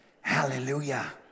hallelujah